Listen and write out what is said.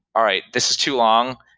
all right, this is too long.